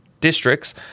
districts